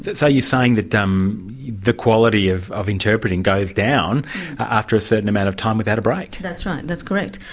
so you're saying that um the quality of of interpreting goes down after a certain amount of time without a break. that's right. that's correct.